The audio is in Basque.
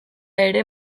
ere